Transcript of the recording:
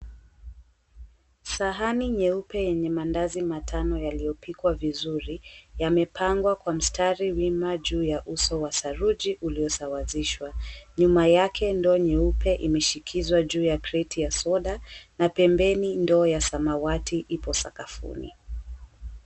Sahani nyeupe yenye maandazi matano yaliyopikwa vizuri, yamepangwa kwa mstari wima juu ya uso wa saruji uliosawazishwa. Nyuma yake ndoo nyeupe imeshikizwa juu ya kreti ya soda na pembeni ndoo ya samawati ipo sakafuni.